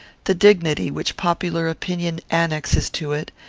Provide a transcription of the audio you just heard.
the dignity which popular opinion annexes to it,